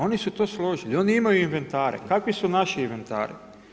Oni su tu složni, oni imaju inventari, kakvi su naši inventari?